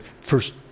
first